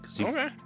Okay